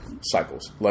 cycles